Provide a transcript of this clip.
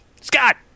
Scott